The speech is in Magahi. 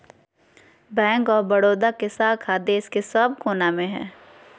बैंक ऑफ बड़ौदा के शाखा देश के सब कोना मे हय